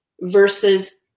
versus